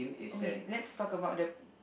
okay let's talk about the